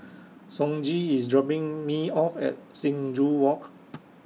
Sonji IS dropping Me off At Sing Joo Walk